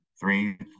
Three